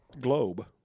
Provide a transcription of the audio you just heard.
globe